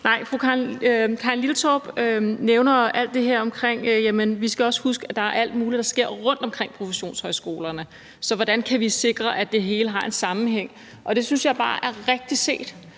Nej, fru Karin Liltorp nævner alt det her omkring, at vi også skal huske, at der sker alt muligt rundt omkring professionshøjskolerne, og hvordan vi kan sikre, at det hele har en sammenhæng. Det synes jeg bare er rigtigt set,